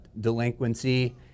Delinquency